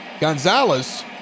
Gonzalez